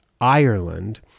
Ireland